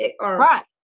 Right